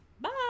Bye